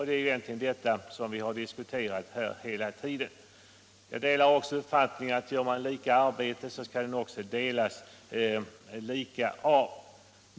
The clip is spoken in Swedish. Det är egentligen detta vi diskuterat här hela tiden! Jag delar också uppfattningen att om man utför lika arbete skall inkomsten delas lika.